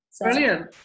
Brilliant